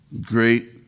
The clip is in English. great